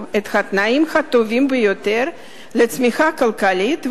את התנאים הטובים ביותר לצמיחה כלכלית,